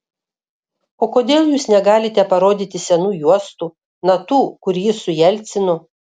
o kodėl jūs negalite parodyti senų juostų na tų kur jis su jelcinu